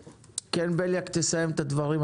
בליאק, תסיים את הדברים.